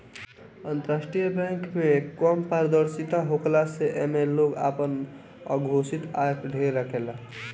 अंतरराष्ट्रीय बैंक में कम पारदर्शिता होखला से एमे लोग आपन अघोषित आय ढेर रखेला